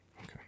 Okay